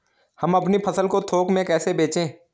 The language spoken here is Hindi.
हम अपनी फसल को थोक में कैसे बेचें?